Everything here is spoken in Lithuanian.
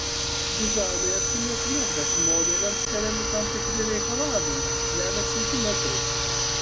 vizualiai esu liekna bet modeliams keliami tam tikri reikalavimai lemia centimetrai